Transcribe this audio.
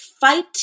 fight